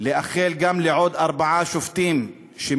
לאחל גם לעוד ארבעה שופטים,